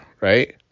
right